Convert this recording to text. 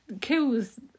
kills